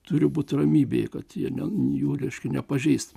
turi būt ramybėj kad jie ne jų reiškia nepažeist